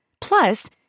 Plus